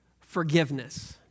forgiveness